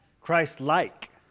Christ-like